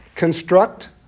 Construct